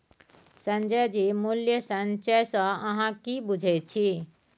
संजय जी मूल्य संचय सँ अहाँ की बुझैत छी?